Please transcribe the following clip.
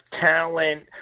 talent